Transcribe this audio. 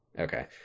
Okay